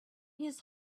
his